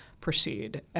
proceed